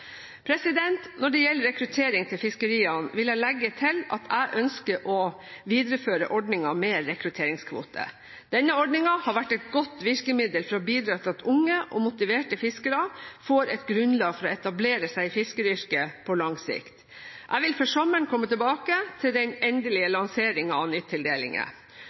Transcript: Når det gjelder rekruttering til fiskeriene, vil jeg legge til at jeg ønsker å videreføre ordningen med rekrutteringskvoter. Denne ordningen har vært et godt virkemiddel for å bidra til at unge og motiverte fiskere får et grunnlag for å etablere seg i fiskeryrket på lang sikt. Jeg vil før sommeren komme tilbake til den endelige lanseringen av